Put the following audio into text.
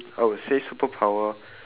I would say superpower